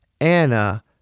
Anna